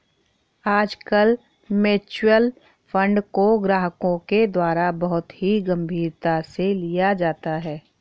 आजकल mutual fund को ग्राहकों के द्वारा बहुत ही गम्भीरता से लिया जाता है